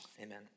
Amen